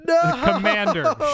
Commander